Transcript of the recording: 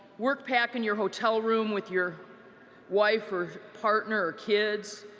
work packing your hotel room with your wife or partner or kids,